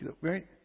Right